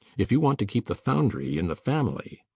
if you want to keep the foundry in the family,